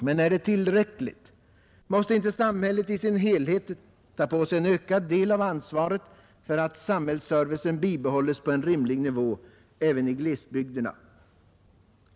Men är det tillräckligt? Måste inte samhället i sin helhet ta på sig en ökad del av ansvaret för att samhällsservicen bibehålles på en rimlig nivå även i glesbygderna?